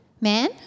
man